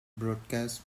broadcast